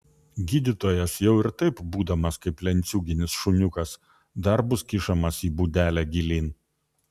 gydytojas jau ir taip būdamas kaip lenciūginis šuniukas dar bus kišamas į būdelę gilyn